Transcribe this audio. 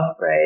right